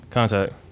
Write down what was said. Contact